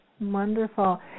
Wonderful